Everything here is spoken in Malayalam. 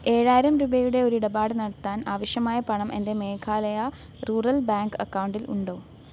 ഏഴായിരം രൂപയുടെ ഒരിടപാട് നടത്താൻ ആവശ്യമായ പണം എന്റെ മേഘാലയ റൂറൽ ബാങ്ക് അക്കൗണ്ടിൽ ഉണ്ടോ